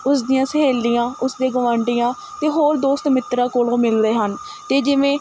ਉਸ ਦੀਆਂ ਸਹੇਲੀਆਂ ਉਸਦੇ ਗਵਾਂਢੀਆਂ ਅਤੇ ਹੋਰ ਦੋਸਤ ਮਿੱਤਰਾਂ ਕੋਲ਼ੋਂ ਮਿਲਦੇ ਹਨ ਅਤੇ ਜਿਵੇਂ